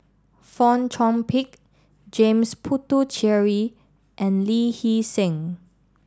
Fong Chong Pik James Puthucheary and Lee Hee Seng